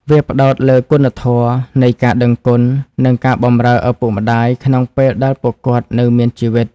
វាផ្តោតលើគុណធម៌នៃការដឹងគុណ និងការបម្រើឪពុកម្តាយក្នុងពេលដែលពួកគាត់នៅមានជីវិត។